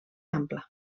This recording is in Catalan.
ampla